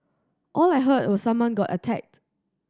all I heard was someone got attacked